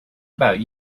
about